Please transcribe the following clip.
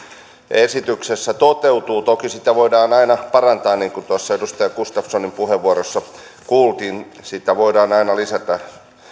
esityksessä toteutuu toki sitä voidaan aina parantaa niin kuin tuossa edustaja gustafssonin puheenvuorossa kuultiin sitä voidaan aina lisätä